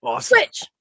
switch